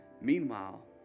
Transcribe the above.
Meanwhile